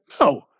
no